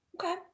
okay